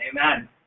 Amen